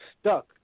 stuck